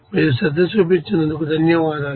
మీరు శ్రద్ధ చూపినందుకు ధన్యవాదాలు